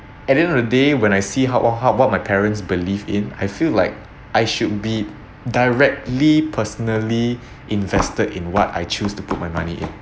at the end of the day when I see how a~ how about my parents believe in I feel like I should be directly personally invested in what I choose to put my money in